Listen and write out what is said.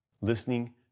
Listening